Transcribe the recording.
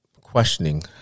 questioning